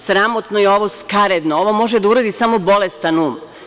Sramotno je ovo i skaradno, ovo može da uradi samo bolestan um.